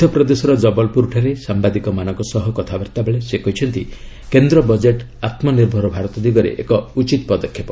ମଧ୍ୟପ୍ରଦେଶର ଜବଲପୁରଠାରେ ସାମ୍ବାଦିକମାନଙ୍କ ସହ କଥାବାର୍ତ୍ତା ବେଳେ ସେ କହିଛନ୍ତି କେନ୍ଦ୍ର ବଜେଟ୍ ଆତ୍ମନିର୍ଭର ଭାରତ ଦିଗରେ ଏକ ଉଚିତ୍ ପଦକ୍ଷେପ